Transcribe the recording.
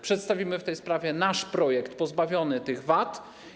Przedstawimy w tej sprawie nasz projekt pozbawiony tych wad.